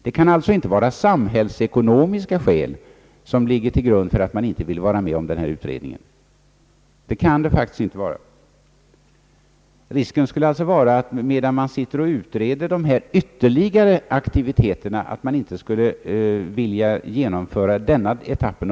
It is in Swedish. Det kan alltså inte vara samhällsekonomiska skäl till grund för att man inte vill vara med om denna utredning. Risken skulle vara, att medan man utreder dessa ytterligare aktiviteter, så vill man inte genomföra etappreformer.